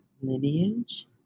lineage